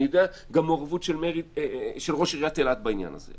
אני יודע גם על המעורבות של ראש עיריית אילת בעניין הזה,